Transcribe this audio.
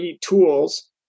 tools